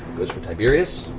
goes for tiberius.